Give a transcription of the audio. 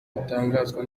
bitangazwa